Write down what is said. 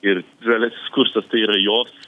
ir žaliasis kursas tai yra jos